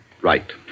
Right